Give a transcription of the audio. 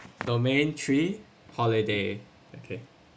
domain three holiday okay